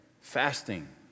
fasting